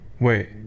wait